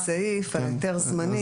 בפרט שהוספתם סעיף על היתר זמני.